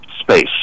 space